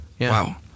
Wow